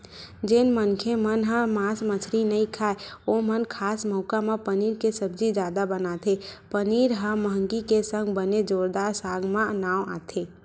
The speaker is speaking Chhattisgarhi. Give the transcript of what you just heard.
जेन मनखे मन ह मांस मछरी नइ खाय ओमन खास मउका म पनीर के सब्जी जादा बनाथे पनीर ह मंहगी के संग बने जोरदार साग म नांव आथे